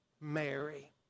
Mary